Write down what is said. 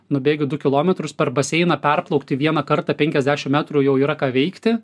nubėgi du kilometrus per baseiną perplaukti vieną kartą penkiasdešm metrų jau yra ką veikti